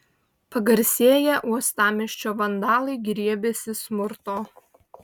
pagarsėję uostamiesčio vandalai griebėsi smurto